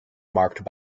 marked